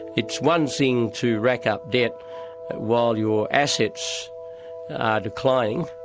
it's one thing to rack up debt while your assets are declining,